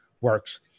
works